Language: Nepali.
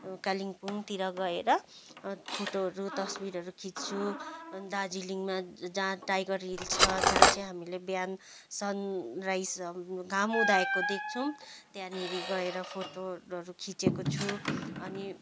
कालिम्पोङतिर गएर फोटोहरू तस्बिरहरू खिच्दछु दार्जिलिङमा जहाँ टाइगर हिल छ जहाँ चाहिँ हामीले बिहान सन राइज घाम उदाएको देख्छौँ त्यहाँनेरि गएर फोटोहरू खिचेको छु अनि